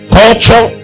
culture